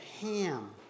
Ham